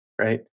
right